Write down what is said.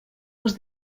els